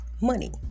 money